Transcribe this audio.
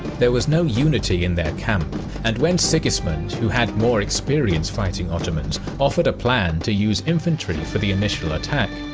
there was no unity in their camp and when sigismund, who had more experience fighting ottomans, offered a plan to use infantry for the initial attack,